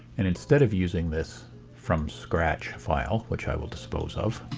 and, instead of using this from-scratch file, which i will dispose of,